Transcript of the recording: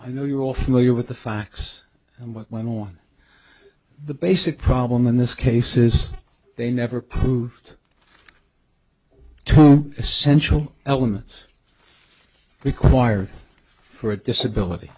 i know you're all familiar with the facts and what went on the basic problem in this case is they never proved essential elements required for a disability